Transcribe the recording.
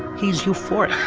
he's euphoric